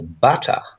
butter